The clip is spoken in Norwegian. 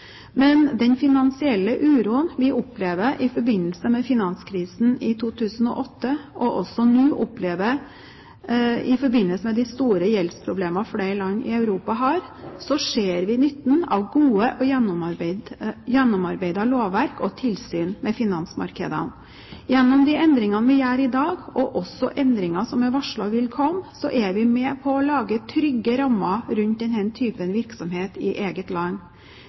den finansielle uroen vi opplevde i forbindelse med finanskrisen i 2008 og også nå opplever i forbindelse med de store gjeldsproblemene flere land i Europa har, ser vi nytten av gode og gjennomarbeidede lovverk og tilsyn med finansmarkedene. Gjennom de endringene vi gjør i dag, og også endringer som er varslet vil komme, er vi med på å lage trygge rammer rundt denne typen virksomhet i eget land.